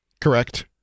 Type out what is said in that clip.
Correct